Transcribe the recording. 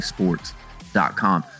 Sports.com